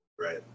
right